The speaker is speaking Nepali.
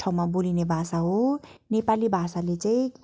ठाउँमा बोलिने भाषा हो नेपाली भाषाले चाहिँ